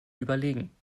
überlegen